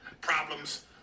problems